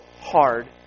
hard